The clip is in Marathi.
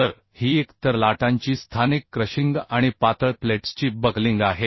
तर ही एक तर लाटांची स्थानिक क्रशिंग आणि पातळ प्लेट्सची बकलिंग आहे